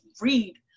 read